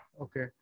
Okay